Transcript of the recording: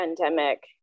pandemic